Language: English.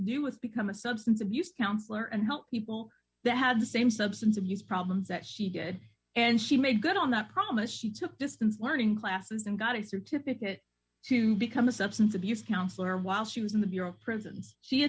do with become a substance abuse counselor and help people that had the same substance abuse problems that she did and she made good on that promise she took distance learning classes and got a certificate to become a substance abuse counselor while she was in the bureau of prisons she